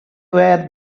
were